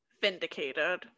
vindicated